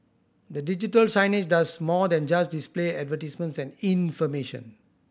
the digital signage does more than just display advertisements and information